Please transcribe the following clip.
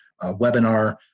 webinar